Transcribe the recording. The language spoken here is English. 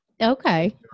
okay